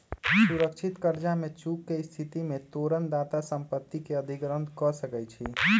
सुरक्षित करजा में चूक के स्थिति में तोरण दाता संपत्ति के अधिग्रहण कऽ सकै छइ